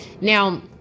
Now